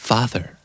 Father